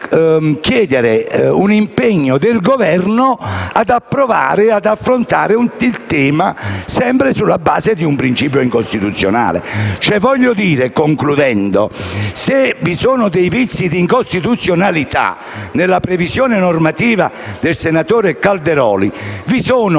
chiedere un impegno del Governo ad approvare e ad affrontare il tema sempre sulla base di un principio incostituzionale? Se vi sono dei vizi di incostituzionalità nella previsione normativa del senatore Calderoli, vi sono